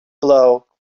blow